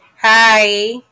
Hi